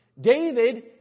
David